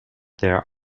their